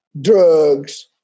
drugs